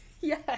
Yes